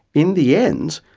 in the end,